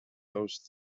those